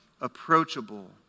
approachable